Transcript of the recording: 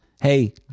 Hey